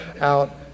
out